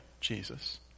Jesus